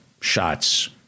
shots